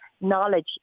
Knowledge